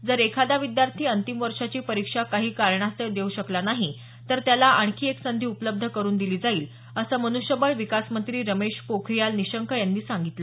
जर एखादा विद्यार्थी अंतिम वर्षाची परीक्षा काही कारणास्तव देऊ शकला नाही तर त्याला आणखी एक संधी उपलब्ध करून दिली जाईल असं मन्ष्यबळ विकास मंत्री रमेश पोखरियाल निशंक यांनी सांगितलं